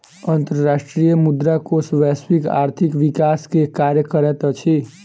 अंतर्राष्ट्रीय मुद्रा कोष वैश्विक आर्थिक विकास के कार्य करैत अछि